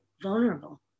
vulnerable